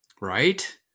Right